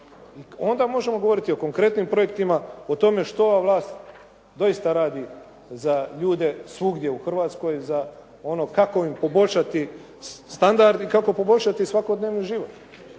Onda možemo govoriti o konkretnim projektima, o tome što ova vlast doista radi za ljude svugdje u Hrvatskoj, za ono kako im poboljšati standard i kako poboljšati svakodnevni život.